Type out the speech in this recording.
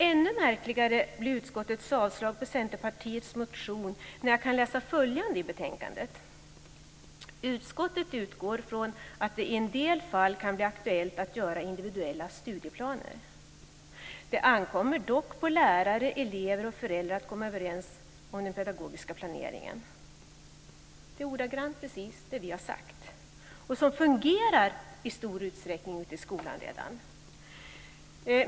Ännu märkligare blir utskottets avstyrkande av Centerpartiets motion när man i betänkandet kan läsa att utskottet utgår ifrån att det i en del fall kan bli aktuellt att göra individuella studieplaner; det ankommer dock på lärare, elev och föräldrar att komma överens om den pedagogiska planeringen. Det är ju ordagrannt precis det som vi har sagt och som i stor utsträckning redan fungerar ute i skolorna.